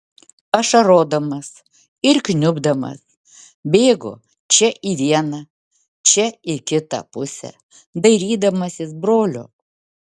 ašarodamas ir kniubdamas bėgo čia į vieną čia į kitą pusę dairydamasis brolio